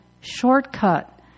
shortcut